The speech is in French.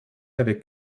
avec